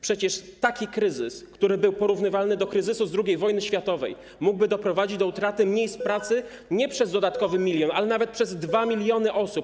Przecież taki kryzys, który był porównywalny do kryzysu z II wojny światowej, mógłby doprowadzić do utraty miejsc pracy nie przez dodatkowy 1 mln, ale nawet przez 2 mln osób.